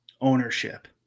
ownership